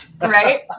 Right